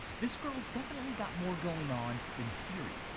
this girl's definitely got more going on than siri.